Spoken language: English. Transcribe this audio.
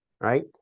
right